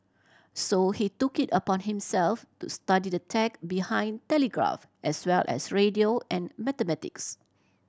so he took it upon himself to study the tech behind telegraph as well as radio and mathematics